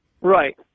Right